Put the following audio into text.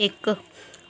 इक